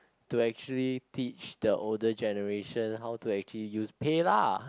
to actually teach the older generation how to actually use PayLah